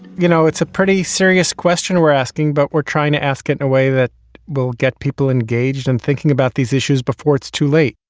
you know, it's a pretty serious question we're asking, but we're trying to ask it in a way that will get people engaged in thinking about these issues before it's too late.